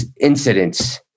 incidents